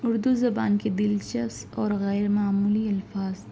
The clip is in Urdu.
اُردو زبان کے دلچپس اور غیرمعمولی الفاظ